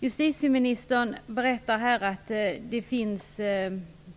Justitieministern berättar här att det